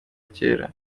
kera